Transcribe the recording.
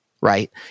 right